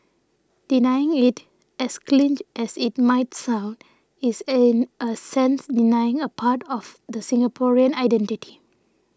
denying it as cliche as it might sound is in a sense denying a part of the Singaporean identity